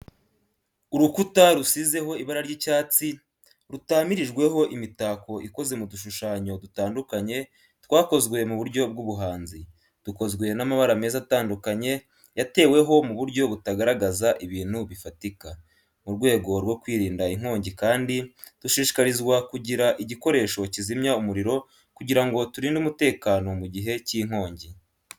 Urukuta rusizeho ibara ry’icyatsi rutamirijweho imitako ikoze mu dushushanyo dutandukanye twakozwe mu buryo bw’ubuhanzi, dukozwe n’amabara meza atandukanye yateweho mu buryo butagaragaza ibintu bifatika.. Mu rwego rwo kwirinda inkongi kandi, dushishikarizwa kugira igikoresho kizimya umuriro kugira ngo turinde umutekano mu gihe cy’inkongi.